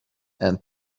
and